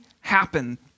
happen